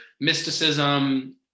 mysticism